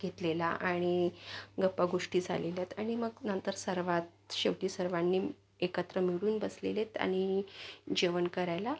घेतलेला आणि गप्पागोष्टी झालेल्या आहेत अणि मग नंतर सर्वात शेवटी सर्वांनी एकत्र मिळून बसलेले आहेत आणि जेवण करायला